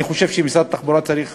אני חושב שמשרד התחבורה צריך